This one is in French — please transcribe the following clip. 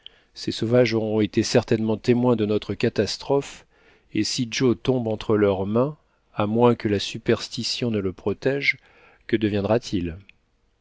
ces sauvages auront été certainement témoins de notre catastrophe et si joe tombe entre leurs mains à moins que la superstition ne le protège que deviendra-t-il